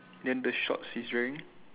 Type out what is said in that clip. then the shorts he's wearing